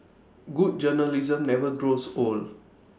good journalism never grows old